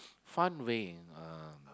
fun way in uh